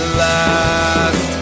last